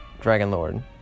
Dragonlord